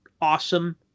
awesome